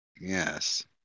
Yes